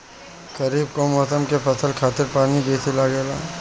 खरीफ कअ मौसम के फसल खातिर पानी बेसी लागेला